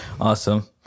awesome